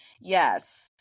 yes